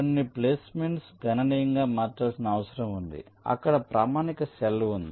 కొన్ని ప్లేస్మెంట్స్ గణనీయంగా మార్చాల్సిన అవసరం ఉంది అక్కడ ప్రామాణిక సెల్ ఉంది